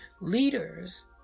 Leaders